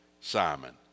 Simon